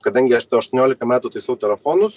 kadangi aš aštuoniolika metų taisau telefonus